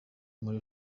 muri